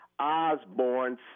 Osborne